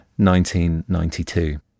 1992